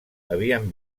havien